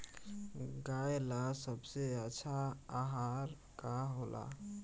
गाय ला सबसे अच्छा आहार का होला?